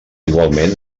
igualment